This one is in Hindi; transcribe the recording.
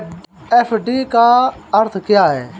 एफ.डी का अर्थ क्या है?